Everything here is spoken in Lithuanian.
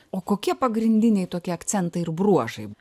o kokie pagrindiniai tokie akcentai ir bruožai